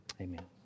Amen